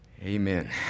Amen